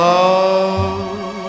love